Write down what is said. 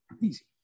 Easy